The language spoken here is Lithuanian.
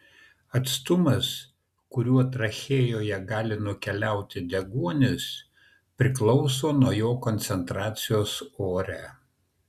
atstumas kuriuo trachėjoje gali nukeliauti deguonis priklauso nuo jo koncentracijos ore